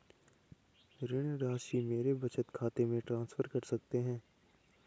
ऋण राशि मेरे बचत खाते में ट्रांसफर कर सकते हैं?